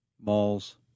malls